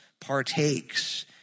partakes